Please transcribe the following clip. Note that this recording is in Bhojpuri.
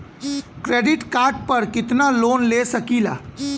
क्रेडिट कार्ड पर कितनालोन ले सकीला?